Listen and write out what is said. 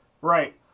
Right